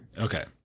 Okay